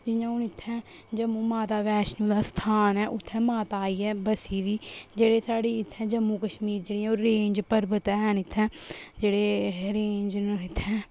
इ'यां हून इत्थै जम्मू माता बैश्णो दा स्थान ऐ उत्थै माता आइयै बस्सी दी जेह्ड़ी साढ़ी इत्थै जम्मू कश्मीर जेह्ड़ी ऐ ओह् रेंज पर्वत हैन इत्थै जेह्ड़े रेंज न इत्थै